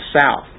south